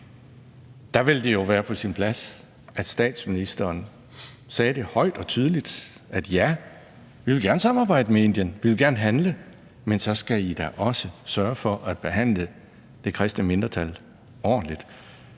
Der vil det jo være på sin plads, at statsministeren sagde højt og tydeligt, at vi gerne vil samarbejde med Indien, og at vi gerne vil handle, men så skal man også sørge for at behandle det kristne mindretal ordentligt.